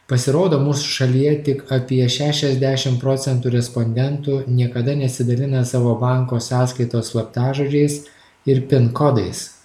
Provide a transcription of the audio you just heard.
pasirodo mūsų šalyje tik apie šešiasdešim procentų respondentų niekada nesidalina savo banko sąskaitos slaptažodžiais ir pin kodais